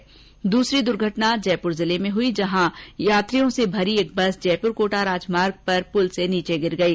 वहीं दूसरी दूर्घटना जयपुर जिले में हुई जहां यात्रियों से भरी एक बस जयपुर कोटा राजमार्ग पर पुल से नीचे गिर गयी